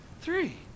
three